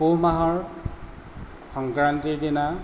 পুহ মাহৰ সংক্ৰান্তিৰ দিনা